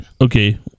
okay